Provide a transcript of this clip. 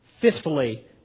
Fifthly